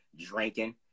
drinking